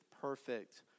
perfect